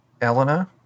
Elena